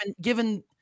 given